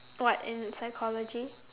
what in psychology